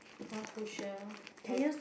not too sure have